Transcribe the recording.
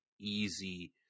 easy